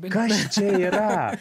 kas čia yra